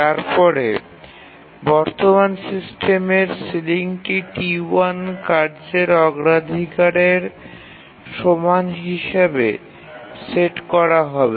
তারপরে বর্তমান সিস্টেমের সিলিংটি T1 কার্যের অগ্রাধিকারের সমান হিসাবে সেট করা হবে